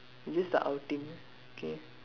it's just a outing K